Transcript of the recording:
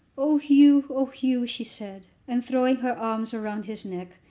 oh, hugh! oh, hugh! she said, and, throwing her arms round his neck,